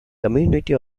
community